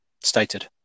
stated